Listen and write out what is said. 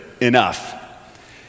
Enough